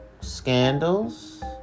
scandals